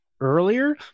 earlier